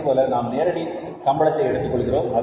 அதுபோல நாம் நேரடி சம்பளத்தை எடுத்துக்கொள்கிறோம்